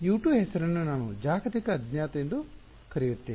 ಆದ್ದರಿಂದ U2 ಹೆಸರನ್ನು ನಾನು ಜಾಗತಿಕ ಅಜ್ಞಾತ ಎಂದು ಕರೆಯುತ್ತೇನೆ